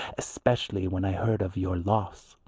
especially when i heard of your loss.